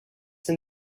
them